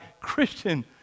Christian